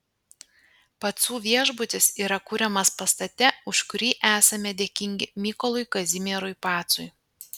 pacų viešbutis yra kuriamas pastate už kurį esame dėkingi mykolui kazimierui pacui